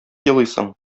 елыйсың